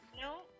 No